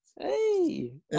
Hey